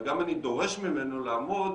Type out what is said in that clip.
וגם אני דורש ממנו לעמוד